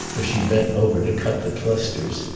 as she bent over to cut the clusters,